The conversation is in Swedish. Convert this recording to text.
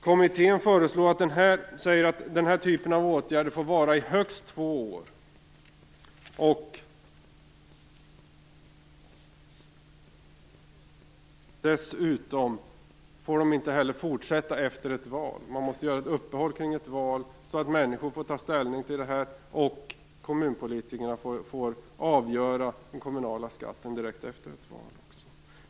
Kommittén säger att den här typen av åtgärder får vara i högst två år. Dessutom får de inte fortsätta efter ett val. Man måste göra uppehåll kring ett val så att människor får ta ställning till det här och så att kommunpolitikerna får avgöra den kommunala skatten direkt efter ett val.